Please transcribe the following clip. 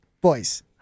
Boys